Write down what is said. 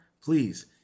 please